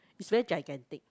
is very gigantic